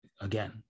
again